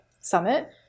summit